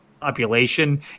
population